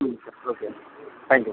ம் சரி ஓகேங்க தேங்க்யூ